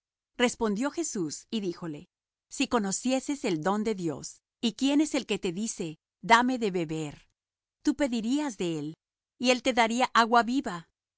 respondió jesús y díjole si conocieses el don de dios y quién es el que te dice dame de beber tú pedirías de él y él te daría agua viva